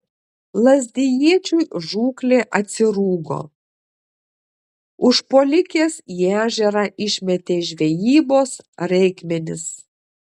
lazdijiečiui žūklė atsirūgo užpuolikės į ežerą išmetė žvejybos reikmenis